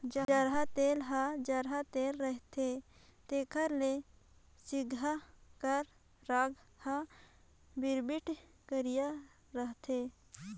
जरहा तेल हर जरल तेल रहथे तेकर ले सिगहा कर रग हर बिरबिट करिया रहथे